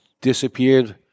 disappeared